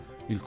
il